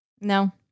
No